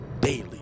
daily